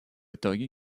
итоге